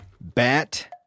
bat